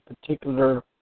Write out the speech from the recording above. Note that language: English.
particular